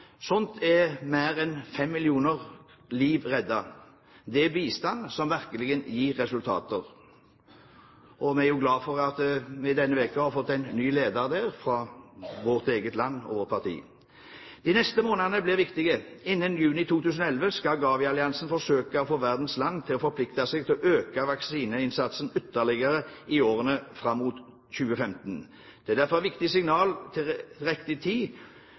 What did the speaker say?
er mer enn fem millioner liv reddet. Det er bistand som virkelig gir resultater. Vi er glade for at GAVI denne uken har fått en ny leder fra vårt eget land og fra vårt parti. De neste månedene blir viktige. Innen juni 2011 skal GAVI-alliansen forsøke å få verdens land til å forplikte seg til å øke vaksineinnsatsen ytterligere i årene fram mot 2015. Det er derfor et viktig signal til riktig tid